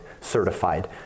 certified